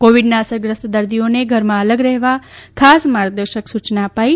કોવીડના અસરગ્રસ્ત દર્દીઓને ઘરમાં અલગ રહેવા ખાસ માર્ગદર્શક સૂચના અપાઇ